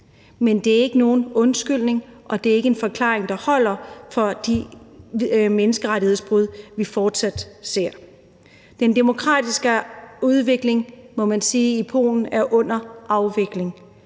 Men det er ikke nogen undskyldning, og det er ikke en forklaring, der holder i forhold til de menneskerettighedsbrud, vi fortsat ser. Den demokratiske udvikling er under afvikling